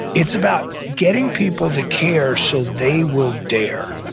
it's about getting people to care so they will dare.